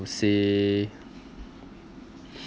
say